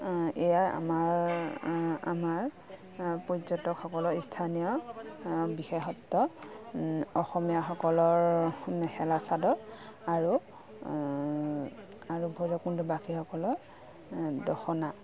এয়াই আমাৰ আমাৰ পৰ্যটকসকলৰ ইস্থানীয় বিশেষত্ব অসমীয়াসকলৰ মেখেলা চাদৰ আৰু আৰু ভৈৰৱকুণ্ডবাসীসকলৰ দখনা